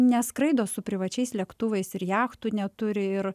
neskraido su privačiais lėktuvais ir jachtų neturi ir